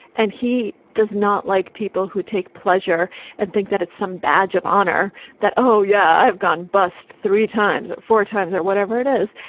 and he does not like people who take pleasure and think that it's some badge of honor that. oh, yeah, i have gone bust three times or four times or whatever it is.